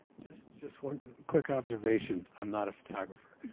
just just one quick observation. i'm not a photographer.